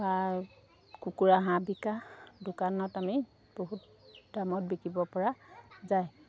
বা কুকুৰা হাঁহ বিকা দোকানত আমি বহুত দামত বিকিব পৰা যায়